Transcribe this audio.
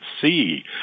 see